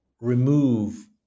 remove